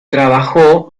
trabajó